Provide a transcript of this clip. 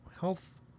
health